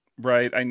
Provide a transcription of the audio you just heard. right